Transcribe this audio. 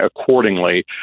accordingly